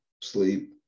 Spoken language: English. Sleep